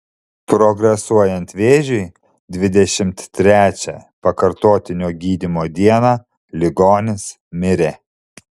progresuojant vėžiui dvidešimt trečią pakartotinio gydymo dieną ligonis mirė